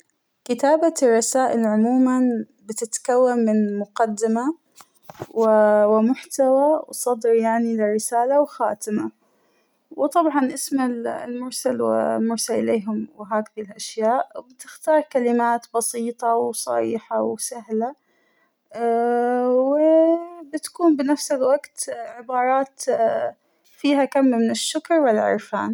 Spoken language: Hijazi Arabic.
كتابة الرسائل عموماً بتتكون من: مقدمة وا - ومحتوى (صدريعنى) للرسالة وخاتمة ، وطبعاً أسم المرسل والمرسل إليهم وهكذى الأشياء وبتختار كلمات بسيطة وصريحة وسهلة ، وا -بتكون بنفس الوقت عبارات فيها كم من الشكر والعرفان.